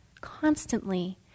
Constantly